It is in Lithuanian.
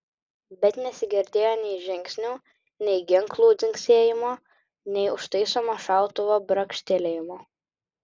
bet nesigirdėjo nei žingsnių nei ginklų dzingsėjimo nei užtaisomo šautuvo brakštelėjimo